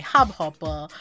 Hubhopper